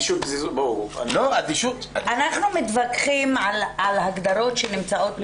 אנחנו מתווכחים על הגדרות שנמצאות בחוק.